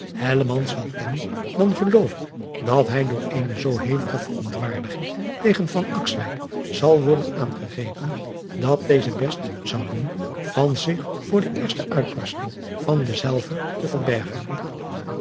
wel ken dan geloof ik dat hij door eene zoo hevige verontwaardiging tegen zal worden aangegrepen dat deze best zou doen van zich voor de eerste uitbarstingen van dezelve te verbergen